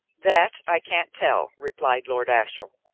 that i can't tell, replied lord ashiel.